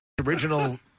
original